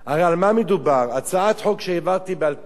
הרי על מה מדובר, הצעת חוק שהעברתי ב-2010.